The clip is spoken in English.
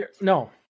no